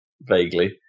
vaguely